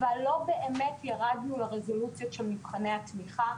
אבל לא באמת ירדנו לרזולוציות של מבחני התמיכה.